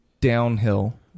downhill